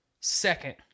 second